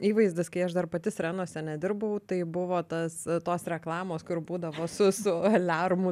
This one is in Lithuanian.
įvaizdis kai aš dar pati sirenose nedirbau tai buvo tas tos reklamos kur būdavo su su aliarmu